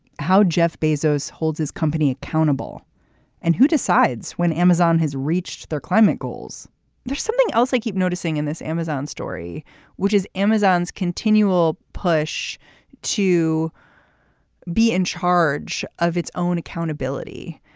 how jeff bezos holds his company accountable and who decides when amazon has reached their climate goals there's something else i keep noticing in this amazon story which is amazon's continual push to be in charge of its own accountability.